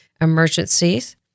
emergencies